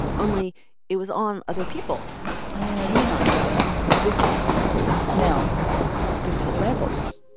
only it was on other people and then i realized different people smell different levels.